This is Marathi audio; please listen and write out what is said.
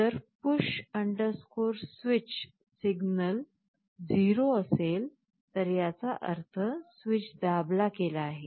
जर push switch सिग्नल 0 असेल तर याचा अर्थ स्विच दाबला गेला आहे